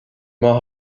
maith